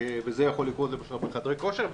וזה יכול לקרות למשל בחדרי כושר,